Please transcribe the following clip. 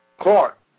Clark